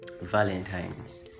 valentine's